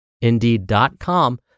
indeed.com